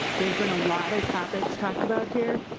there's been a lot of topics talked about here.